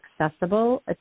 accessible